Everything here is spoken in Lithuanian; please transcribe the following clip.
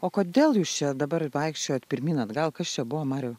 o kodėl jūs čia dabar vaikščiojot pirmyn atgal kas čia buvo mariau